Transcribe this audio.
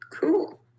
Cool